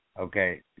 Okay